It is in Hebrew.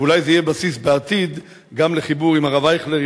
ואולי זה יהיה בסיס בעתיד גם לחיבור עם הרב אייכלר,